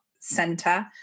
center